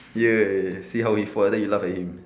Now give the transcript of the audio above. !yay! see how he fall then you laugh at him